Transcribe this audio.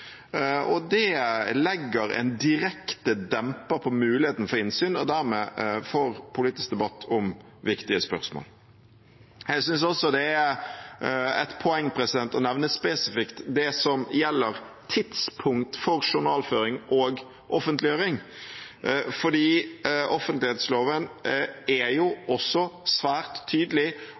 Det legger en direkte demper på muligheten for innsyn og dermed for politisk debatt om viktige spørsmål. Jeg synes også det er et poeng å nevne spesifikt det som gjelder tidspunkt for journalføring og offentliggjøring, fordi offentlighetsloven er også svært tydelig